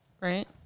right